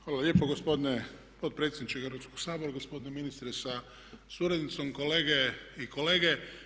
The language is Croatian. Hvala lijepo gospodine potpredsjedniče Hrvatskog sabora, gospodine ministre sa suradnicom, kolege i kolegice.